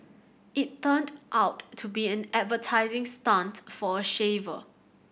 it turned out to be an advertising stunt for a shaver